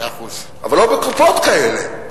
אבל לא בקופות כאלה,